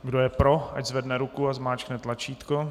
Kdo je pro, ať zvedne ruku a zmáčkne tlačítko.